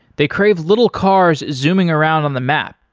they crave little cars zooming around on the map.